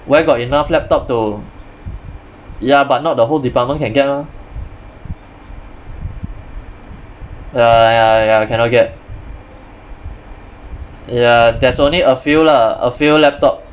where got enough laptop to ya but not the whole department can get ah ya I I cannot get ya there's only a few lah a few laptop